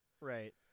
Right